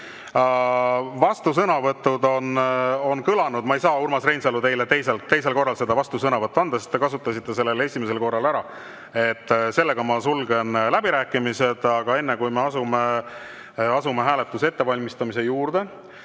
vastusõnavõtud on kõlanud. Ma ei saa, Urmas Reinsalu, teile teist korda vastusõnavõttu anda, sest te kasutasite selle esimesel korral ära. Ma sulgen läbirääkimised. Enne kui me asume hääletuse ettevalmistamise juurde,